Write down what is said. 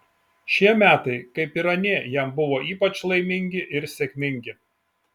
šie metai kaip ir anie jam buvo ypač laimingi ir sėkmingi